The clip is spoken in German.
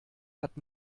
hat